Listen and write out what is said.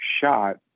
shot